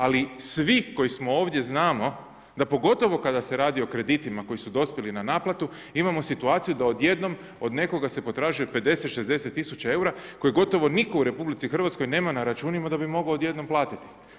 Ali svi koji smo ovdje znamo, da pogotovo kada se radi o kreditima koji su dospjeli na naplatu, imamo situaciju da odjednom od nekoga se potražuje 50, 60 000 eura koje gotovo nitko u RH nema na računima da bi mogao odjednom platiti.